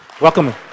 welcome